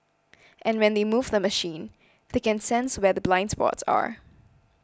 and when they move the machine they can sense where the blind spots are